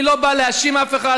אני לא בא להאשים אף אחד,